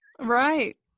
Right